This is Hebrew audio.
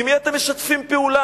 עם מי אתם משתפים פעולה?